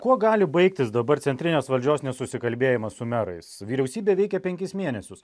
kuo gali baigtis dabar centrinės valdžios nesusikalbėjimas su merais vyriausybė veikia penkis mėnesius